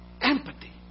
empathy